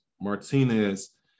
Martinez